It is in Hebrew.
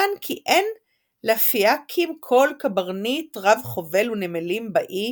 יען כי אין לפיאקים כל־קברניט רב־חובל ונמלים באי